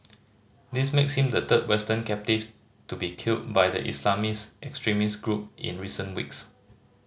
this makes him the third Western captive to be killed by the Islamist extremist group in recent weeks